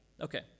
Okay